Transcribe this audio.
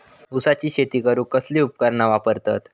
ऊसाची शेती करूक कसली उपकरणा वापरतत?